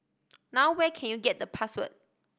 now where can you get the password